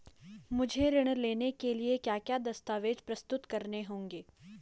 मुझे ऋण लेने के लिए क्या क्या दस्तावेज़ प्रस्तुत करने होंगे?